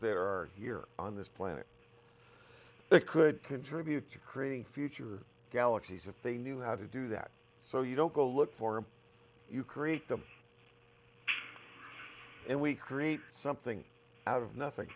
there are here on this planet that could contribute to creating future galaxies and they knew how to do that so you don't go look for him you create them and we create something out of nothing